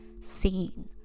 seen